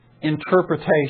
interpretation